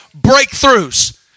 breakthroughs